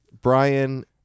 brian